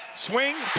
swing,